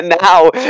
now